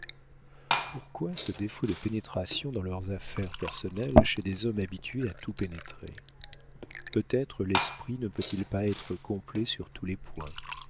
pourquoi ce défaut de pénétration dans leurs affaires personnelles chez des hommes habitués à tout pénétrer peut-être l'esprit ne peut-il pas être complet sur tous les points